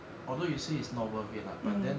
although you say it's worth it lah but then